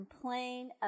complain